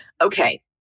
Okay